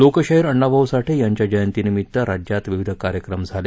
लोकशाहीर अण्णा भाऊ साठे यांच्या जयंतीनिमित्त राज्यात विविध कार्यक्रम झाले